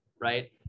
right